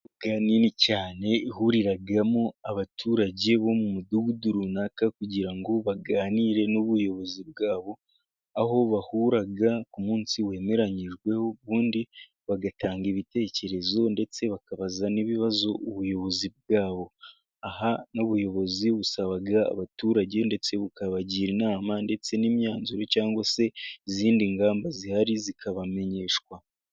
Imbuga nini cyane ihuriramo abaturage bo mu mudugudu runaka, kugira ngo baganire n'ubuyobozi bwabo aho, bahura ku munsi wemeranyijwe ubundi bagatanga ibitekerezo ,ndetse bakabaza n'ibibazo ubuyobozi bwabo, aha n'ubuyobozi busaba abaturage ndetse bukabagira inama, ndetse n'imyanzuro cyangwa se izindi ngamba zihari zikabamenyeshwa.